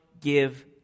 give